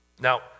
Now